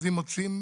מה זה נהג ב'?